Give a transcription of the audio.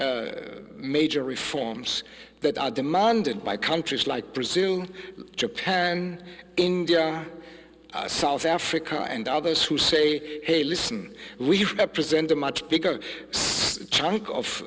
want major reforms that are demanded by countries like presume japan india south africa and others who say hey listen we represent a much bigger chunk of